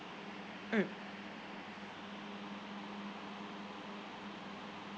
mm